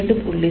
2